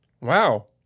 Wow